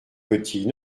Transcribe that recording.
petit